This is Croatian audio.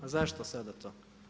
A zašto sada to?